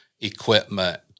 equipment